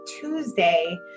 Tuesday